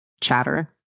chatter